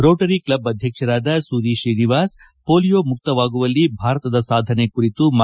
Rotary club ಅಧ್ಯಕ್ಷರಾದ Suri Srinivas polio ಮುಕ್ತವಾಗುವಲ್ಲಿ ಭಾರತದ ಸಾಧನೆ ಕುರಿತು ಮಾತನಾಡಿದರು